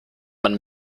man